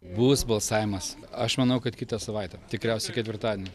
bus balsavimas aš manau kad kitą savaitę tikriausiai ketvirtadienį